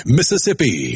Mississippi